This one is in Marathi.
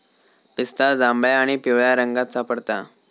पिस्ता जांभळ्या आणि पिवळ्या रंगात सापडता